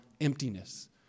emptiness